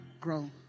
grow